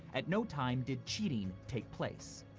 at no time did cheating take place.